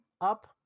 up